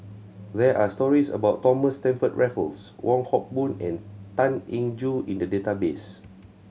there are stories about Thomas Stamford Raffles Wong Hock Boon and Tan Eng Joo in the database